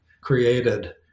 created